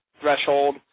threshold